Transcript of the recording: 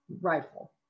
rifle